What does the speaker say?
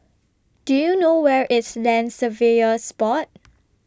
Do YOU know Where IS Land Surveyors Board